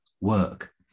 work